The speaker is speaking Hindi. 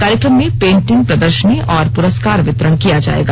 कार्यक्रम में पेंटिंग प्रदर्शनी और प्रस्कार वितरण किया जायेगा